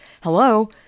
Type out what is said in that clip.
hello